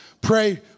Pray